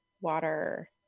Water